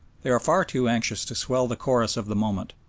they are far too anxious to swell the chorus of the moment,